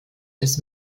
des